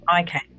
Okay